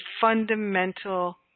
fundamental